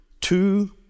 two